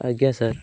ଆଜ୍ଞା ସାର୍